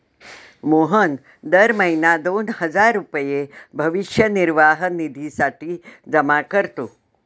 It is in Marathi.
मोहन दर महीना दोन हजार रुपये भविष्य निर्वाह निधीसाठी जमा करतो